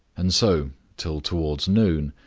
and so, till towards noon,